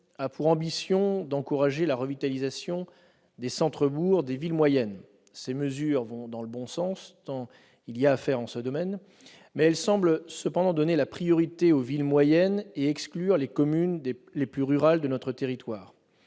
a pour ambition d'encourager la revitalisation des centres-bourgs des villes moyennes. Ces mesures vont dans le bon sens tant il y a à faire dans ce domaine ; elles semblent cependant donner la priorité aux villes moyennes et exclure les communes les plus rurales de notre territoire.